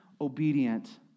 obedient